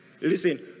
Listen